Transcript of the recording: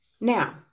Now